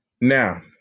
Now